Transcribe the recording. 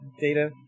data